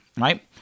Right